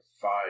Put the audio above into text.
five